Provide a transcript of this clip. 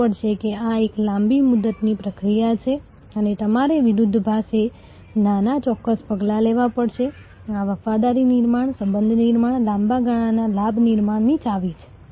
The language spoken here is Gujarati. પરંતુ આપણી પાસે સંખ્યાબંધ વિતરકો અને સેવા પ્રતિનિધિઓ અને નેટવર્કમાં અન્ય લોકો પણ છે જે એકબીજાના પ્રયત્નોને ટકાવી રાખશે